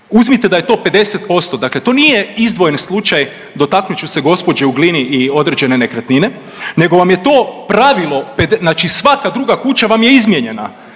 Uzmite da je to 50%, dakle to nije izdvojen slučaj, dotaknut ću se gospođe u Glini i određene nekretnine nego vam je to pravilo, znači svaka druga kuća vam je izmijenjena.